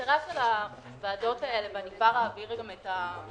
המטרה של הוועדות האלה ואני כבר אעביר את השרביט